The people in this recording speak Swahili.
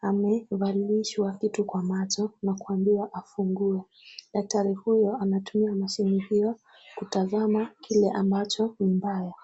Amevalishwa kitu kwa macho na kuambiwa afungue. Daktari huyo anatumia mashine hiyo kutazama kile ambacho ni mbaya.